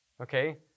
Okay